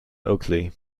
oakley